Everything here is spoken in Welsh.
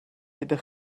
ydych